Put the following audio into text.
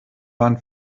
waren